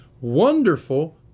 wonderful